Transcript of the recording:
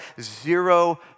zero